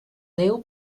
déu